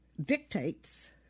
dictates